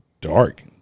dark